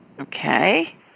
Okay